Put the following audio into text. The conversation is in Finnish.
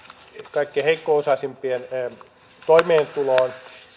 kaikkein heikko osaisimpien toimeentuloon